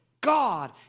God